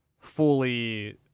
fully